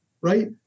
right